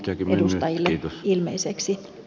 tulee edustajille ilmeiseksi